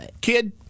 kid